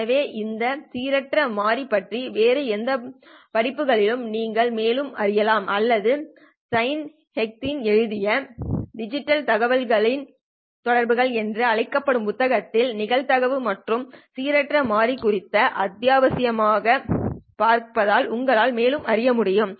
எனவே இந்த சீரற்ற மாறி பற்றி வேறு எந்த படிப்புகளிலும் நீங்கள் மேலும் அறியலாம் அல்லது சைமன் ஹெய்கின்ஸ் எழுதிய டிஜிட்டல் தகவல்தொடர்புகள் என்று அழைக்கப்படும் புத்தகத்தில் நிகழ்தகவு மற்றும் சீரற்ற மாறி குறித்த அத்தியாயத்தைப் பார்த்தால் உங்களால் மேலும் அறிய முடியும்